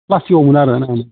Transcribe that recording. प्लास्टिकावबो मोनो आरो ने